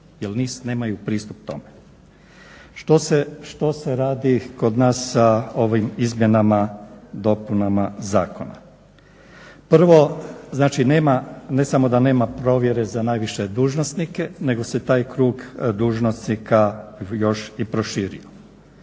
jer nemaju pristup tome. Što se radi kod nas sa ovim izmjenama, dopunama zakona? Prvo, znači nema, ne samo da nema provjere za najviše dužnosnike nego se taj krug dužnosnika još i proširio.